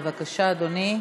בבקשה, אדוני.